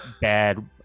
bad